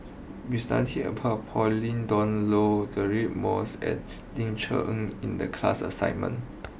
we studied about Pauline Dawn Loh Deirdre Moss and Ling Cher Eng in the class assignment